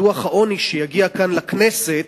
דוח העוני שיגיע כאן לכנסת,